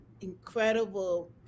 incredible